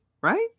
Right